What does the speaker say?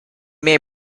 may